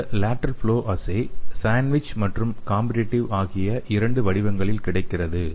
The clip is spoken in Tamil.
இந்த லேடெரல் ஃப்ளொ அஸ்ஸே சாண்ட்விச் மற்றும் காம்பிடீடிவ் ஆகிய இரண்டு வடிவங்களில் கிடைக்கிறது